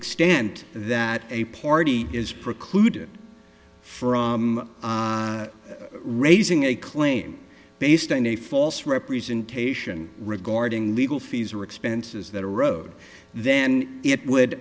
extent that a party is precluded from raising a claim based on a false representation regarding legal fees or expenses that erode then it would